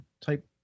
type